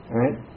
right